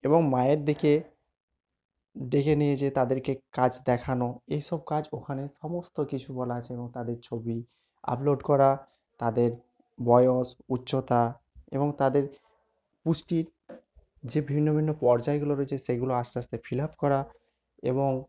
এবং মায়ের দিকে ডেকে নিয়ে যেয়ে তাদেরকে কাজ দেখানো এই সব কাজ ওখানে সমস্ত কিছু বলা আছে এবং তাদের ছবি আপলোড করা তাদের বয়স উচ্চতা এবং তাদের পুষ্টির যে ভিন্ন ভিন্ন পর্যায়গুলো রয়েছে সেইগুলো আস্তে আস্তে ফিল আপ করা এবং